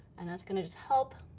and that's gonna just help